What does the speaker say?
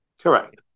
Correct